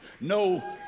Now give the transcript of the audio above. No